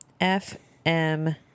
F-M-